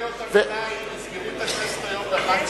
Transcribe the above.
בלי קריאות הביניים ייסגרו את הכנסת היום ב-13:30.